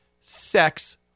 sex